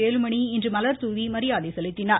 வேலுமணி இன்று மலர்தூவி மரியாதை செலுத்தினார்